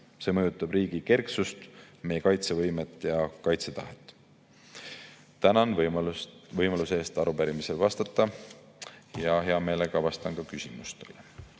See mõjutab riigi kerksust, meie kaitsevõimet ja kaitsetahet. Tänan võimaluse eest arupärimisele vastata ja hea meelega vastan ka küsimustele.